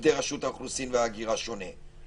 עובדי רשות האוכלוסין וההגירה שונה.